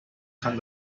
kann